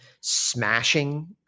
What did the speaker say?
smashing